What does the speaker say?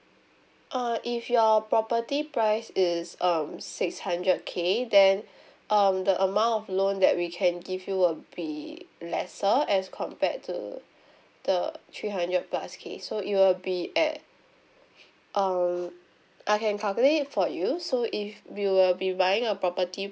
uh if your property price is um six hundred K then um the amount of loan that we can give you will be lesser as compared to the three hundred plus K so it will be at um I can calculate it for you so if you will be buying a property